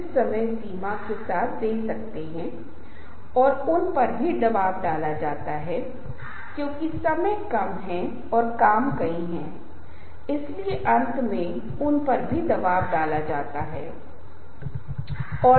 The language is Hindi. अब यह कहते हुए कि अब हम देखेंगे हमने पहचान लिया है कि प्रेरक संचार क्या है हमने प्रेरक संचार के विभिन्न घटकों की पहचान की है और उनमें से एक जिसे हमने एक महत्वपूर्ण तरीके से ध्यान में रखा है वह है रवैया और उस संदर्भ में हमें प्रेरक संचार के प्रभावों पर ध्यान देना चाहिए